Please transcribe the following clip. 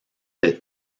des